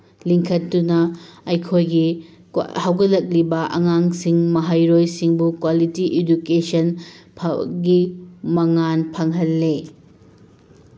ꯂꯤꯡꯈꯠꯇꯨꯅ ꯑꯩꯈꯣꯏꯒꯤ ꯍꯧꯒꯠꯂꯛꯂꯤꯕ ꯑꯉꯥꯡꯁꯤꯡ ꯃꯍꯩꯔꯣꯏꯁꯤꯡꯕꯨ ꯀ꯭ꯋꯥꯂꯤꯇꯤ ꯏꯗꯨꯀꯦꯁꯟ ꯐꯕꯒꯤ ꯃꯉꯥꯜ ꯐꯪꯍꯜꯂꯤ